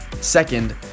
Second